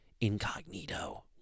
incognito